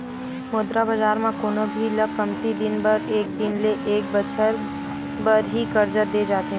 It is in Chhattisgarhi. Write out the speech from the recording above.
मुद्रा बजार म कोनो भी ल कमती दिन बर एक दिन ले एक बछर बर ही करजा देय जाथे